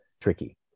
tricky